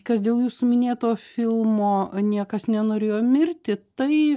kas dėl jūsų minėto filmo niekas nenorėjo mirti tai